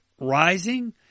rising